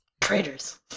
Traitors